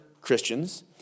Christians